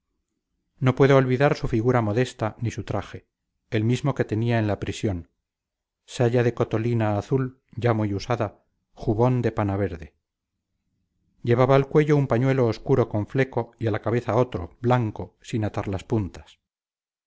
no puedo olvidar su figura modesta ni su traje el mismo que tenía en la prisión saya de cotolina azul ya muy usada jubón de pana verde llevaba al cuello un pañuelo obscuro con fleco y a la cabeza otro blanco sin atar las puntas